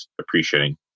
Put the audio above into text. appreciating